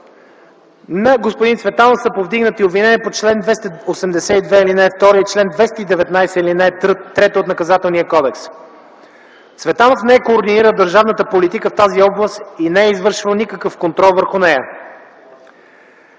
господин Цветанов са повдигнати обвинения по чл. 282, ал. 2 и чл. 219, ал. 3 от Наказателния кодекс. Цветанов не е координирал държавната политика в тази област и не е извършил никакъв контрол върху нея.